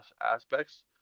aspects